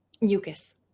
mucus